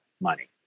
money